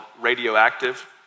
Radioactive